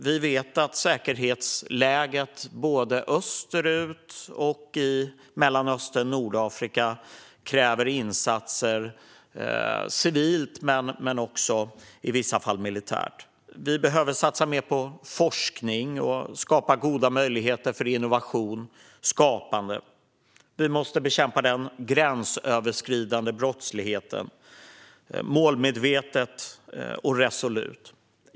Vi vet att säkerhetsläget både österut och i Mellanöstern och Nordafrika kräver insatser civilt men i vissa fall också militärt. Vi behöver satsa mer på forskning och skapa goda möjligheter för innovation och skapande. Vi måste målmedvetet och resolut bekämpa den gränsöverskridande brottsligheten.